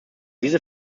diese